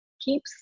keeps